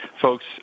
folks